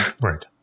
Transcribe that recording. Right